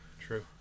true